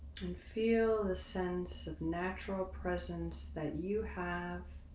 and feel the sense of natural presence that you have